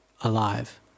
alive